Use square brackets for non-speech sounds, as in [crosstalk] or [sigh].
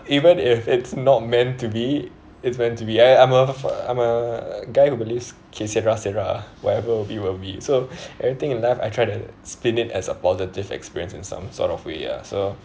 even if it's not meant to be it's meant to be I I'm a I'm a guy who believes que cera cera whatever will be will be so [laughs] everything you laugh I try to spin it as a positive experience in some sort of way ya so